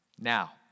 Now